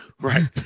Right